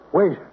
Wait